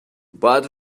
باید